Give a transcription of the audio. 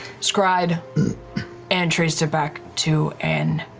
scryed and traced it back to an.